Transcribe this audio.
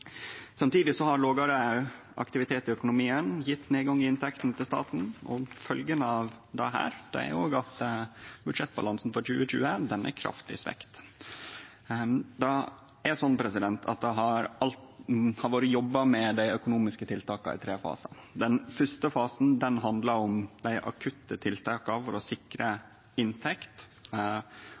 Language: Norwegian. har lågare aktivitet i økonomien gjeve nedgang i inntektene til staten, og følgjene av dette er jo òg at budsjettbalansen for 2020 er kraftig svekt. Det har vore jobba med dei økonomiske tiltaka i tre fasar. Den fyrste fasen handlar om dei akutte tiltaka for å sikre inntekt,